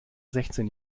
sechzehn